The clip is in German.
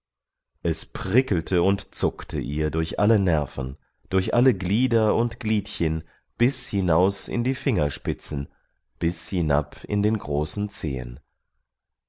es prickelte und zuckte ihr durch alle nerven durch alle glieder und gliedchen bis hinaus in die fingerspitzen bis hinab in den großen zehen